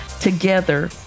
together